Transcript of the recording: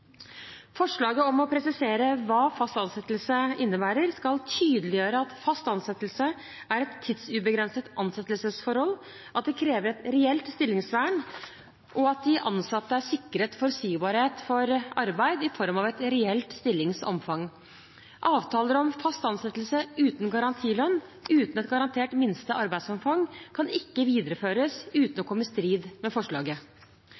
Forslaget om å presisere hva fast ansettelse innebærer, skal tydeliggjøre at fast ansettelse er et tidsubegrenset ansettelsesforhold, at det krever et reelt stillingsvern, og at de ansatte er sikret forutsigbarhet for arbeid i form av et reelt stillingsomfang. Avtaler om «fast ansettelse uten garantilønn», uten et garantert minste arbeidsomfang, kan ikke videreføres uten å komme i strid med forslaget.